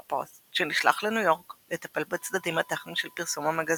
פוסט" - שנשלח לניו יורק לטפל בצדדים הטכניים של פרסום המגזין.